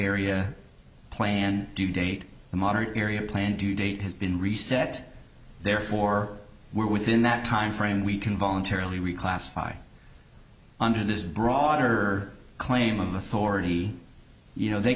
area plan due date and modern area planned due date has been reset therefore we're within that timeframe we can voluntarily reclassify under this broader claim of authority you know they